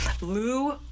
Lou